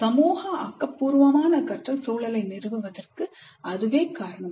சமூக ஆக்கபூர்வமான கற்றல் சூழலை நிறுவுவதற்கு அதுவே காரணம்